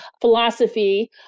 philosophy